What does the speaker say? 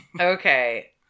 Okay